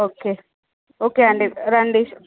okay okay అండి రండి